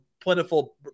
plentiful